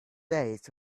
days